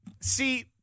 see –